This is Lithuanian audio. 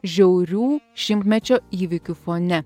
žiaurių šimtmečio įvykių fone